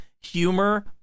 humor